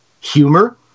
humor